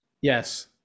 yes